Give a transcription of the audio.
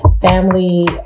family